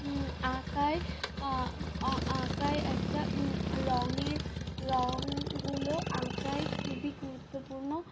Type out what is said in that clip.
আঁকায় আঁকায় একটা রঙের রঙগুলো আঁকায় খুবই গুরুত্বপূর্ণ